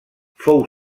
fou